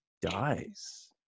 dies